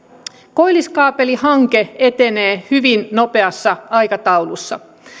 koilliskaapelihanke etenee hyvin nopeassa aikataulussa